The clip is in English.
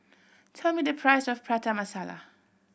tell me the price of Prata Masala